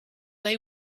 they